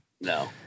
No